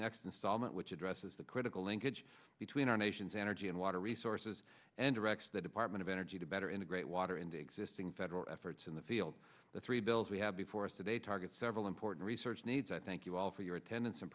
next installment which addresses the critical linkage between our nation's energy and water resources and directs the department of energy to better integrate water into existing federal efforts in the field the three bills we have before us today target several important research needs i thank you all for your attendance and